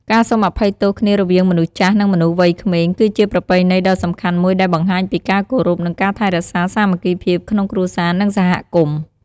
ការសុំអភ័យទោសគ្នារវាងមនុស្សចាស់ និងមនុស្សវ័យក្មេង គឺជាប្រពៃណីដ៏សំខាន់មួយដែលបង្ហាញពីការគោរព និងការថែរក្សាសាមគ្គីភាពក្នុងគ្រួសារ និងសហគមន៍។